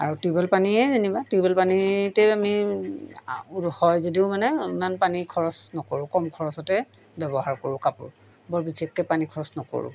আৰু টিউবৱেল পানীয়ে যেনিবা টিউবৱেল পানীতে আমি হয় যদিও মানে ইমান পানী খৰচ নকৰোঁ কম খৰচতে ব্যৱহাৰ কৰোঁ কাপোৰ বৰ বিশেষকৈ পানী খৰচ নকৰোঁ